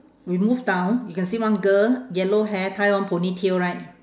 we move down you can see one girl yellow hair tie one ponytail right